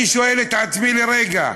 אני שואל את עצמי לרגע: